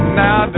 now